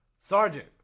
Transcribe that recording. Sergeant